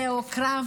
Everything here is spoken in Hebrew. זהו קרב